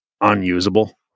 unusable